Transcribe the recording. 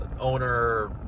owner